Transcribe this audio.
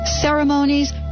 ceremonies